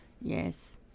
yes